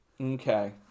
Okay